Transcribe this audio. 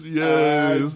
yes